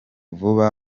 vuba